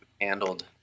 handled